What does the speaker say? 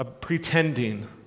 pretending